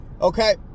okay